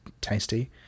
tasty